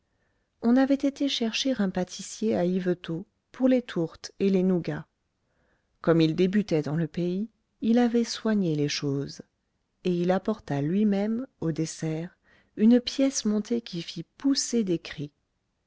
on avait été chercher un pâtissier à yvetot pour les tourtes et les nougats comme il débutait dans le pays il avait soigné les choses et il apporta lui-même au dessert une pièce montée qui fit pousser des cris